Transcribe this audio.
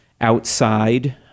outside